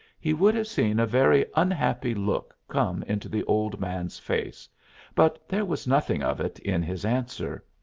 he would have seen a very unhappy look come into the old man's face but there was nothing of it in his answer.